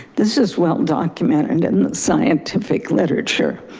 this is well documented and in the scientific literature.